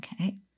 Okay